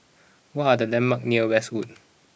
what are the landmarks near Westwood